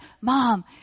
Mom